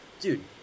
dude